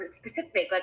specific